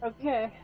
Okay